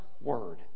Word